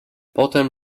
potem